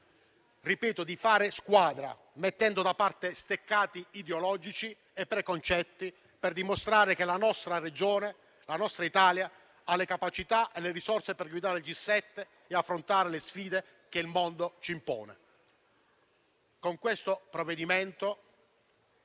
ripeto: fare squadra - mettendo da parte steccati ideologici e preconcetti, per dimostrare che la Regione Puglia e la nostra Italia hanno le capacità e le risorse per guidare il G7 e affrontare le sfide che il mondo ci impone. Con questo provvedimento